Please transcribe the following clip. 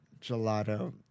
gelato